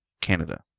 Canada